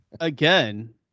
Again